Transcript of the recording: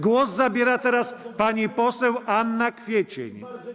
Głos zabiera teraz pani poseł Anna Kwiecień.